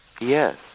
Yes